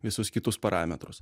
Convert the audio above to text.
visus kitus parametrus